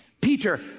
Peter